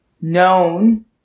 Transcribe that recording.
known